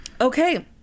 Okay